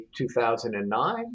2009